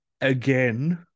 Again